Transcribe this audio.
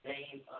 Name